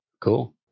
cool